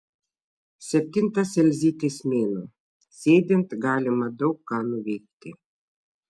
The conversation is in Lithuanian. septintas elzytės mėnuo sėdint galima daug ką nuveikti